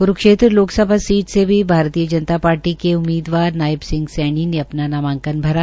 Kurukshetra Lok Sabha seat से भी Bharatiya Janata party के उममीदवार नायब सिंह सैनी ने अपना नामांकन भरा